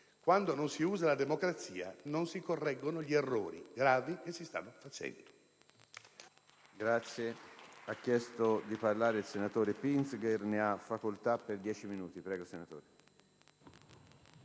quando non si usa la democrazia, non si correggono gli errori, gravi, che si stanno compiendo.